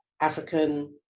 african